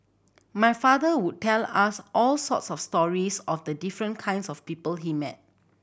my father would tell us all sorts of stories of the different kinds of people he met